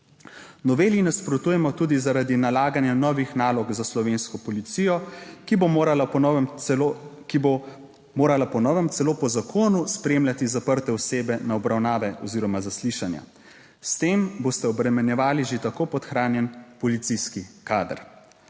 Noveli nasprotujemo tudi zaradi nalaganja novih nalog za Slovensko policijo, ki bo morala po novem celo po zakonu spremljati zaprte osebe na obravnave oziroma zaslišanja. S tem boste obremenjevali že tako podhranjen policijski kader.